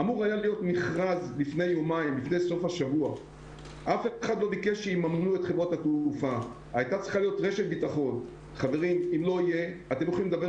לפי העקומות שיש לי במשרד הבריאות, אנחנו מדברים